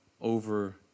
over